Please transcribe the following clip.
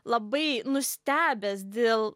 labai nustebęs dėl